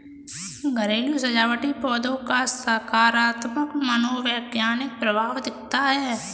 घरेलू सजावटी पौधों का सकारात्मक मनोवैज्ञानिक प्रभाव दिखता है